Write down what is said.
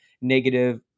negative